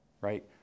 right